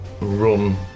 run